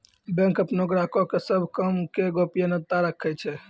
bank अपनो ग्राहको के सभ काम के गोपनीयता राखै छै